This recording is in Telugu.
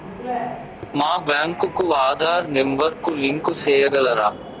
మా బ్యాంకు కు ఆధార్ నెంబర్ కు లింకు సేయగలరా?